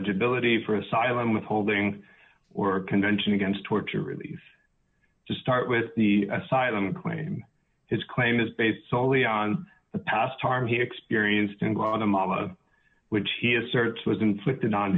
knowledge ability for asylum withholding or convention against torture is to start with the asylum claim his claim is based soley on the past harm he experienced in guatemala which he asserts was inflicted on